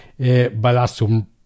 Balasum